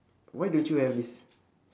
why don't you have this